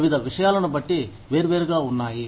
వివిధ విషయాలను బట్టి వేర్వేరుగా ఉన్నాయి